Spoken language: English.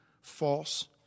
false